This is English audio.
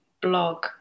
blog